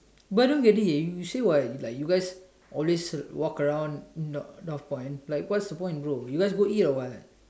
but I don't get it you say what like you guys always walk around nor Northpoint like what's the point bro you guys go eat or what